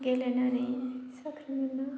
गेलेनानैनो साख्रि मोनो